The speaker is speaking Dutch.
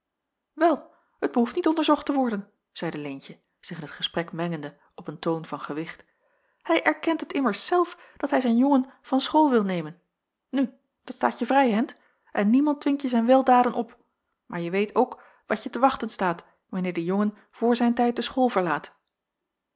wel t behoeft niet onderzocht te worden zeide leentje zich in t gesprek mengende op een toon van gewicht hij erkent het immers zelf dat hij zijn jongen van school wil nemen nu dat staat je vrij hendt en niemand dwingt je zijn weldaden op maar je weet ook wat je te wachten staat wanneer de jongen voor zijn tijd de